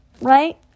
Right